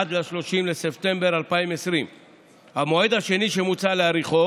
עד ל-30 בספטמבר 2020. המועד השני שמוצע להאריכו